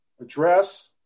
address